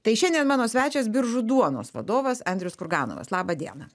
tai šiandien mano svečias biržų duonos vadovas andrius kurganovas laba diena